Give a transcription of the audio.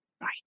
Right